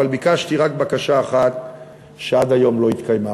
אבל ביקשתי רק בקשה אחת שעד היום לא התקיימה.